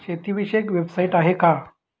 शेतीविषयक वेबसाइट आहे का?